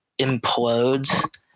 implodes